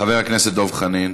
חבר הכנסת דב חנין,